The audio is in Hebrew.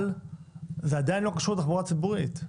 אבל זה עדיין לא קשור לתחבורה ציבורית.